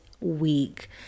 week